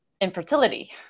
infertility